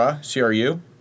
C-R-U